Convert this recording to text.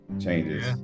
changes